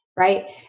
right